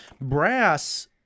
brass